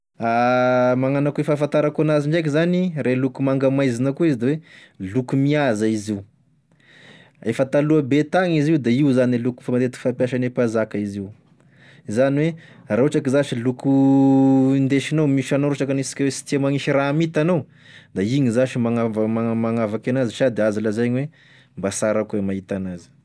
Magnano akoa e fahafantarako an'azy ndraiky zany ndre loko manga maizina koa izy da hoe loko mihaza izy io, efa taloha be tany izy io da io zany e loko efa matetiky fampiasagne mpanzaka izy io, zany hoe raha ohatra ka zash loko hindesignao misy anao resaky hanesika hoe sy tià magnisy raha minty anao, da igny zash magnav- magna- magnavaky anazy sady azo lazaigny hoe mba sara koa i mahita anazy.